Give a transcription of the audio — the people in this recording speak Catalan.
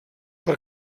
per